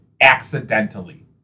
accidentally